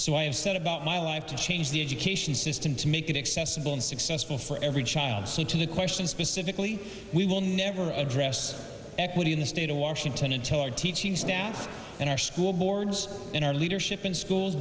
so i have set about my life to change the education system to make it accessible and successful for every child so to the question specifically we will know ever address equity in the state of washington and toward teaching staff in our school boards in our leadership in schools